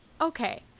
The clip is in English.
okay